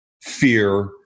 fear